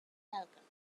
falcons